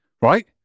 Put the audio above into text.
Right